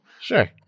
Sure